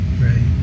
right